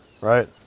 right